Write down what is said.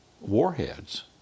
warheads